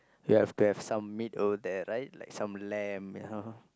you have to have some meat over there right like some lamb you know